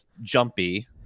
jumpy